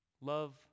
Love